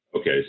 Okay